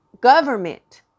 government